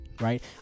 Right